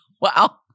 Wow